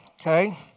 okay